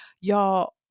y'all